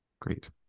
Great